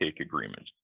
agreements